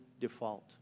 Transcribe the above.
default